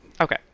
okay